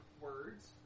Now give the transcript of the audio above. words